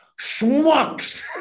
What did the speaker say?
schmucks